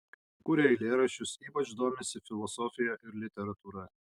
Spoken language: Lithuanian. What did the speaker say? kuria eilėraščius ypač domisi filosofija ir literatūra